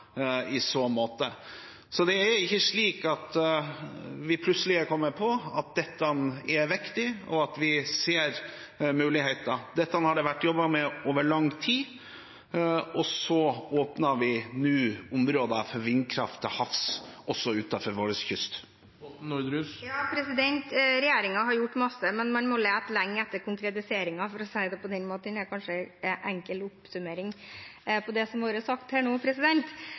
i så måte. Så det er ikke slik at vi plutselig har kommet på at dette er viktig. Vi ser muligheter. Dette har det vært jobbet med over lang tid. Så åpner vi nå områder for vindkraft til havs også utenfor vår kyst. Regjeringen har gjort mye, men man må lete lenge etter konkretiseringen, for å si det på den måten – det er kanskje en enkel oppsummering på det som har vært sagt her nå.